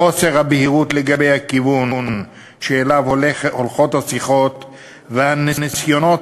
חוסר הבהירות לגבי הכיוון שאליו השיחות הולכות והניסיונות